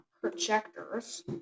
projectors